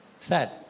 Sad